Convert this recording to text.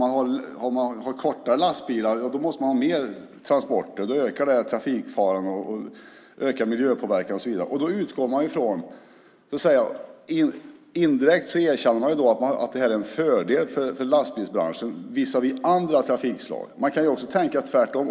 Man säger hela tiden att om man har kortare lastbilar måste man ha mer transporter, och då ökar trafikfaran och miljöpåverkan och så vidare. Indirekt erkänner man då att det här är en fördel för lastbilsbranschen visavi andra trafikslag. Men man kan också tänka tvärtom.